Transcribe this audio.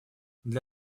для